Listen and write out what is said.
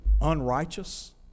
unrighteous